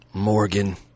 Morgan